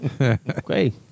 Okay